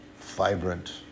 vibrant